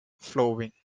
flowing